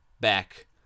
back